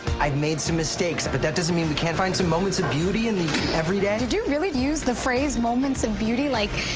i've made some mistakes, but that doesn't mean we can't find some moments of beauty in the everyday. did you really use the phrase moments of and beauty like.